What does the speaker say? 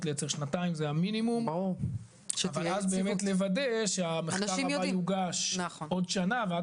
לייצר שנתיים שזה המינימום אבל חייב באמת לוודא שהמחקר הבא יוגש עוד שנה.